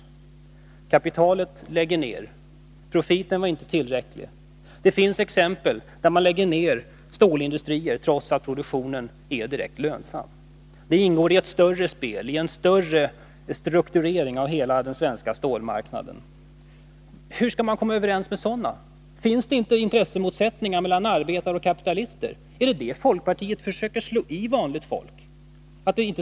Men kapitalägarna lägger ned, profiten var inte tillräcklig. Det finns exempel på att stålindustrier lagts ned, trots att produktionen varit direkt lönsam. Det ingår i ett större spel, i en större strukturering av hela den svenska stålmarknaden. Hur skall man komma överens med sådana människor? Finns det inte intressemotsättningar mellan arbetare och kapitalister? Är detta vad folkpartiet försöker slå i vanligt folk?